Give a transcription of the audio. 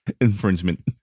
infringement